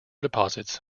deposits